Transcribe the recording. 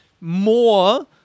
more